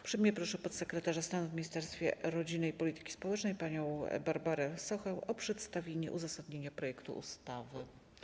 Uprzejmie proszę podsekretarza stanu w Ministerstwie Rodziny i Polityki Społecznej panią Barbarę Sochę o przedstawienie uzasadnienia projektu ustawy.